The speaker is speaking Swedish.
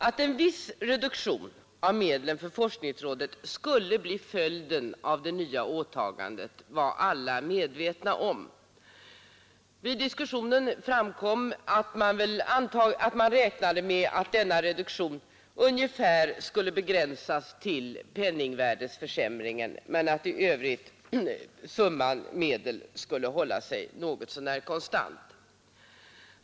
Att en viss reduktion av medlen för forskningsrådet skulle bli följden av det nya åtagandet var alla medvetna om. Vid diskussionen framkom att man räknade med att denna reduktion skulle begränsas till ungefär penningvärdeförsämringen men att i övrigt summan skulle hålla sig något så när konstant.